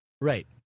Right